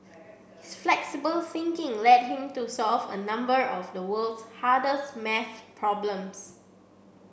his flexible thinking led him to solve a number of the world's hardest math problems